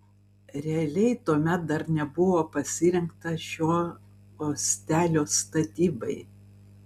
realiai tuomet dar nebuvo pasirengta šio uostelio statybai